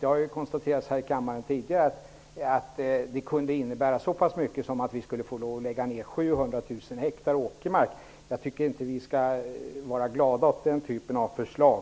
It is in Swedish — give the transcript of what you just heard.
Det har konstaterats i kammaren tidigare att det kunde innebära så pass mycket att vi skulle få lov att lägga ner 700 000 hektar åkermark. Jag tycker inte att vi skall vara glada åt den typen av förslag.